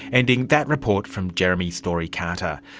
ending that report from jeremy story carter.